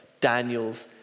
Daniel's